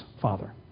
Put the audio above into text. Father